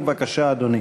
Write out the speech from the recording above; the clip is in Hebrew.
בבקשה, אדוני.